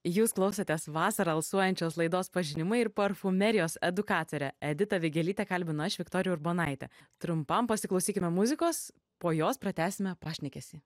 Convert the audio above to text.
jūs klausotės vasara alsuojančios laidos pažinimu ir parfumerijos edukatore editą vigelytę kalbinu aš viktorija urbonaitė trumpam pasiklausykime muzikos po jos pratęsime pašnekesį